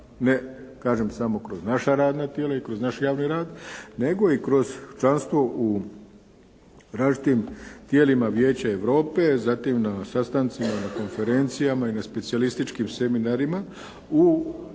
Ne samo kažem kroz naša radna tijela i kroz naš javni rad, nego i kroz članstvo u različitim tijelima Vijeća Europe, zatim na sastancima, na konferencijama i na specijalističkim seminarima u